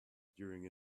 during